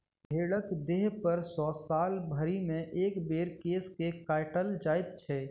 भेंड़क देहपर सॅ साल भरिमे एक बेर केश के काटल जाइत छै